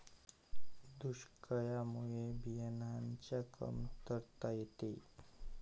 दुष्काळामुळे बियाणांची कमतरता येते